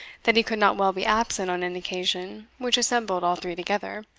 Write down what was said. that he could not well be absent on an occasion which assembled all three together,